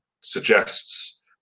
suggests